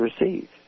receive